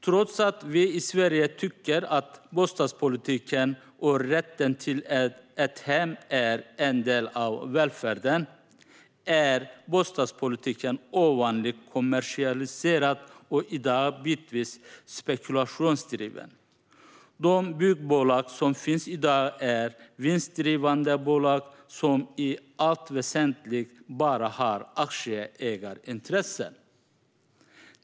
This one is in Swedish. Trots att vi i Sverige tycker att bostadspolitiken och rätten till ett hem är en del av välfärden är bostadspolitiken ovanligt kommersialiserad och i dag bitvis spekulationsdriven. De byggbolag som finns i dag är vinstdrivande bolag som i allt väsentligt bara har aktieägarintressen.